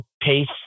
pace